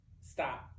Stop